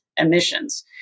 emissions